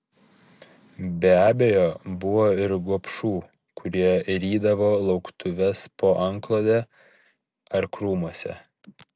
be abejo buvo ir gobšų kurie rydavo lauktuves po antklode ar krūmuose